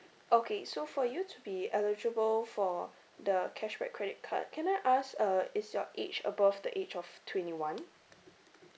okay so for you to be eligible for the cashback credit card can I ask uh is your age above the age of twenty one